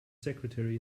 secretary